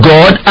God